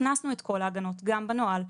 הכנסנו את כל ההגנות גם בנוהל.